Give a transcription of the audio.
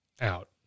out